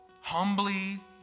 humbly